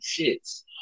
shits